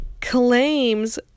claims